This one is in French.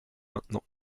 maintenant